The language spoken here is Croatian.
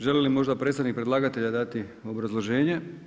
Želi li možda predstavnik predlagatelja dati obrazloženje?